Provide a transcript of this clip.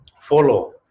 follow